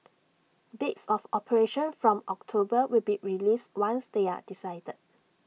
dates of operation from October will be released once they are decided